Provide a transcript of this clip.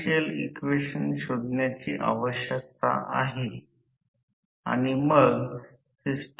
rotor स्वतः short circuit आहे म्हणून हा r2 रेझिस्टन्स आहे